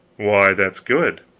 why, that's good.